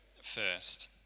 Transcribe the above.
first